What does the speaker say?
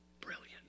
Brilliant